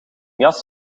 jas